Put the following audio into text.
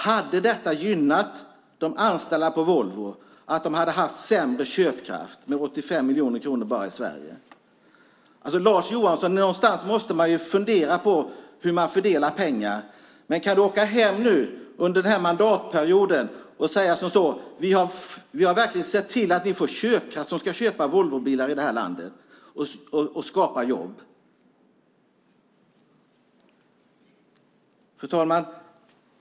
Hade det gynnat de anställda på Volvo om de hade haft sämre köpkraft med 85 miljoner kronor bara i Sverige? Någonstans måste man fundera på hur man fördelar pengar, Lars Johansson. Men kan du åka hem under denna mandatperiod och säga: Vi har verkligen sett till att ni får ökad köpkraft, så att ni kan köpa Volvobilar i det här landet, och skapat jobb. Fru talman!